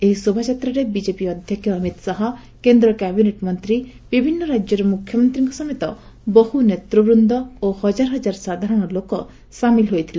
ଏହି ଶୋଭାଯାତ୍ରାରେ ବିଜେପି ଅଧ୍ୟକ୍ଷ ଅମିତ ଶାହା କେନ୍ଦ୍ର କ୍ୟାବିନେଟ ମନ୍ତ୍ରୀ ବିଭିନ୍ନ ରାଜ୍ୟର ମୁଖ୍ୟମନ୍ତ୍ରୀଙ୍କ ସମେତ ବହୁ ନେତୃବୃନ୍ଦ ଓ ହକାର ହକାର ସାଧାରଣ ଲୋକ ସାମିଲ ହୋଇଥିଲେ